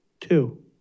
two